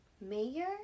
mayor